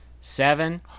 Seven